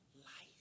life